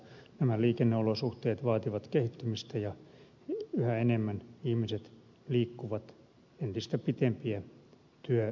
nämä liikenneolosuhteet vaativat kehittymistä ja yhä enemmän ihmiset liikkuvat entistä pitempiä työmatkoja